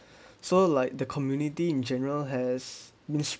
so like the community in general has means